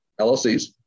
LLCs